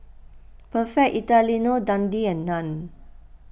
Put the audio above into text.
Perfect Italiano Dundee and Nan